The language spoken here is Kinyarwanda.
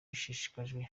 bashishikajwe